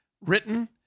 written